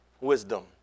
wisdom